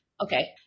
Okay